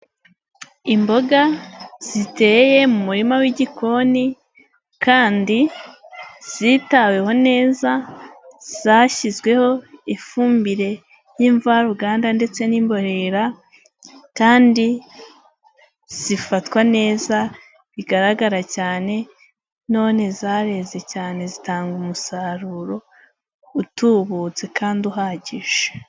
Imboga ziteye mu murima w'igikoni kandi zitaweho neza zashyizweho ifumbire y'imvaruganda ndetse n'imborera kandi zifatwa neza bigaragara cyane none zareze cyane zitanga umusaruro utubutse kandi uhagije.